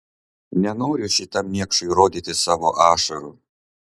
nenoriu šitam niekšui rodyti savo ašarų